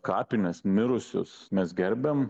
kapines mirusius mes gerbiam